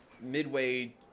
midway